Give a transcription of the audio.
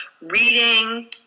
reading